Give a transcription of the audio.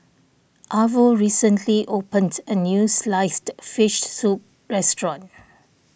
Arvo recently opened a new Sliced Fish Soup restaurant